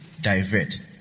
divert